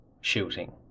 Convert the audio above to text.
shooting